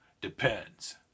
Depends